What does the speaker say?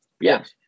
Yes